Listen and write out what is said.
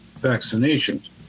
vaccinations